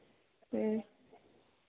ᱦᱮᱸ